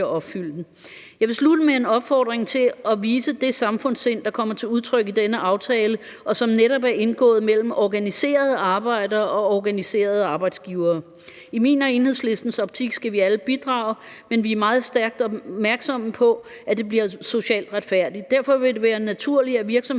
Jeg vil slutte med en opfordring til at vise det samfundssind, der kommer til udtryk i denne aftale, som netop er indgået mellem organiserede arbejdere og organiserede arbejdsgivere. I min og Enhedslistens optik skal vi alle bidrage, men vi er meget stærkt opmærksomme på, at det bliver socialt retfærdigt. Derfor vil det være naturligt, at virksomheder,